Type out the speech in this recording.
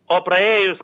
o praėjus